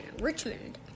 Richmond